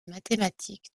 mathématiques